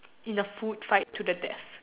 in a food fight to the death